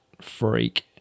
freak